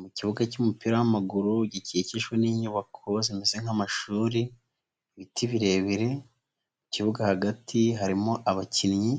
Mu kibuga cy'umupira w'amaguru, gikikijwe n'inyubako, zimeze nk'amashuri, ibiti birebire, mu kibuga hagati harimo abakinnyi,